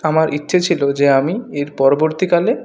আমার ইচ্ছে ছিল যে আমি এর পরবর্তীকালে